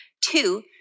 Two